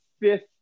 fifth